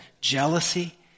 jealousy